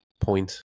point